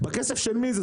בכסף של מי זה?